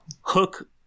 Hook